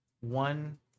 one